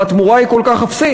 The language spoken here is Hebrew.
והתמורה היא כל כך אפסית.